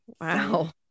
Wow